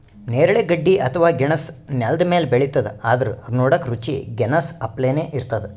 ನೇರಳೆ ಗಡ್ಡಿ ಅಥವಾ ಗೆಣಸ್ ನೆಲ್ದ ಮ್ಯಾಲ್ ಬೆಳಿತದ್ ಆದ್ರ್ ನೋಡಕ್ಕ್ ರುಚಿ ಗೆನಾಸ್ ಅಪ್ಲೆನೇ ಇರ್ತದ್